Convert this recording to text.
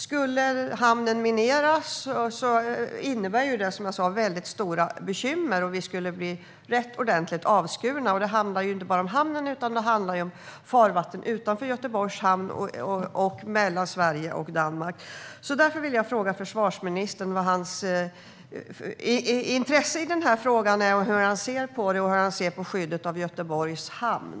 Skulle hamnen mineras innebär det stora bekymmer, och vi skulle bli ordentligt avskurna. Det handlar inte bara om hamnen utan om farvattnen utanför Göteborgs hamn och mellan Sverige och Danmark. Vad är försvarsministerns intresse i denna fråga? Hur ser han på skyddet av Göteborgs hamn?